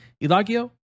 Ilagio